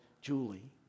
Julie